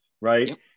right